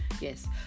Yes